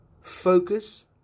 focus